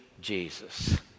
Jesus